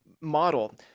model